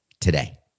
today